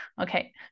Okay